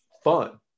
fun